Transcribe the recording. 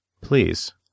Please